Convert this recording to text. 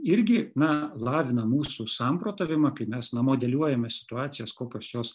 irgi na lavina mūsų samprotavimą kai mes na modeliuojame situacijas kokios jos